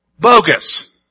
Bogus